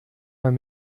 man